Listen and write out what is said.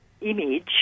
image